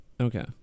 Okay